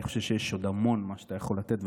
אני חושב שיש עוד המון שאתה יכול לתת,